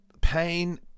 pain